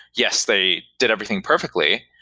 yes, they did everything perfectly.